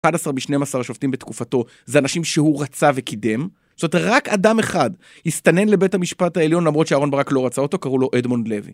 11 מ-12 השופטים בתקופתו, זה אנשים שהוא רצה וקידם. זאת אומרת, רק אדם אחד הסתנן לבית המשפט העליון, למרות שאהרן ברק לא רצה אותו, קראו לו אדמונד לוי.